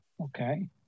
Okay